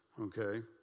okay